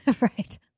Right